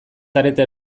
zarete